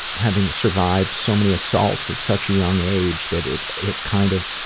having survived so many assaults at such a young age, that it it kind of